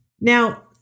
Now